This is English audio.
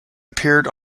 appeared